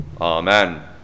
Amen